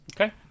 Okay